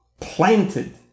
planted